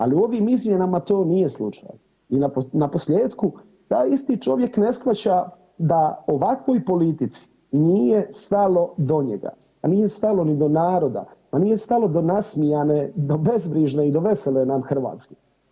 Ali ovim izmjenama to nije slučaj i naposljetku taj isti čovjek ne shvaća da ovakvoj politici nije stalo do njega, nije stalo ni do naroda, pa nije stalo do nasmijane, do bezbrižne i do vesele nam Hrvatske.